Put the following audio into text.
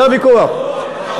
זה הוויכוח,